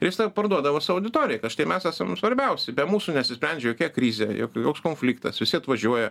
ir jis tą parduodavo savo auditoriją kad štai mes esam svarbiausi be mūsų nesisprendžia jokia krizė jok joks konfliktas visi atvažiuoja